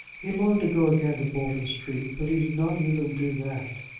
he longed to go again to bolton street, but he did not even do that.